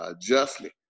Justly